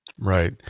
right